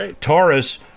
Taurus